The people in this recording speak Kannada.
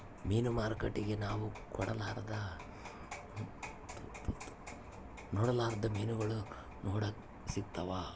ಮೀನು ಮಾರುಕಟ್ಟೆಗ ನಾವು ನೊಡರ್ಲಾದ ಮೀನುಗಳು ನೋಡಕ ಸಿಕ್ತವಾ